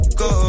go